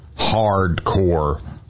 hardcore